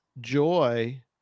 joy